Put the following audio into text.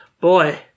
boy